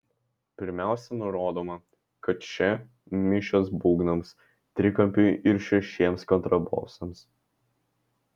pirmiausia nurodoma kad čia mišios būgnams trikampiui ir šešiems kontrabosams